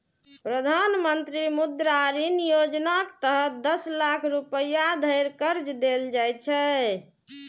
प्रधानमंत्री मुद्रा ऋण योजनाक तहत दस लाख रुपैया धरि कर्ज देल जाइ छै